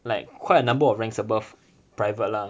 like quite a number of ranks above private lah